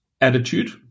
attitude